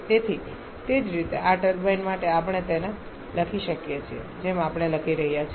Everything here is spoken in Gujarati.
તેથી તે જ રીતે આ ટર્બાઇન માટે આપણે તેને લખી શકીએ છીએ જેમ આપણે લખી રહ્યા છીએ